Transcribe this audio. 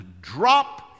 drop